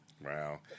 Wow